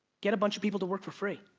get a bunch of people to work for free.